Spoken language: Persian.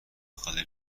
خاله